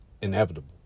inevitable